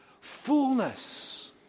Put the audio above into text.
fullness